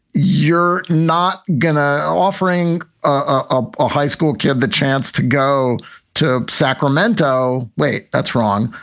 you're not gonna offering a ah high school kid the chance to go to sacramento. wait, that's wrong.